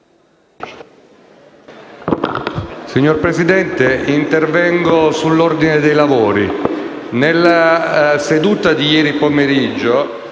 Signor Presidente, intervengo sull'ordine dei lavori. Nella seduta di ieri pomeriggio